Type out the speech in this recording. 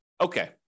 okay